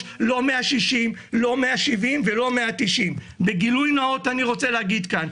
זה גם חלק מן המסקנה, אז חשוב להגיד גם את זה.